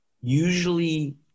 usually –